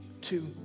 two